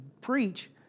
preach